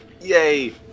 Yay